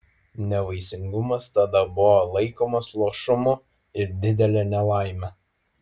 nevaisingumas tada buvo laikomas luošumu ir didele nelaime